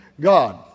God